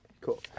cool